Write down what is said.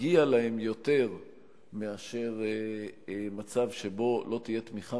מגיע להם יותר מאשר מצב שבו לא תהיה תמיכה